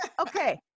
okay